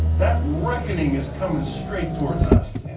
that reckoning is coming straight towards us. yeah